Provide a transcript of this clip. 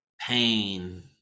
pain